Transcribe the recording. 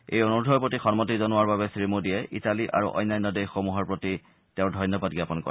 এই অনুৰোধৰ প্ৰতি সন্মতি জনোৱাৰ বাবে শ্ৰীমোদীয়ে ইটালী আৰু অন্যান্য দেশসমূহৰ প্ৰতি তেওঁ ধন্যবাদ জ্ঞাপন কৰে